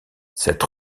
cette